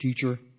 teacher